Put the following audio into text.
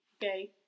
Okay